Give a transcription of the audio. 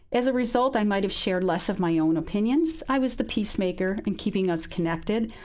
as a result, i might have shared less of my own opinions. i was the peacemaker and keeping us connected.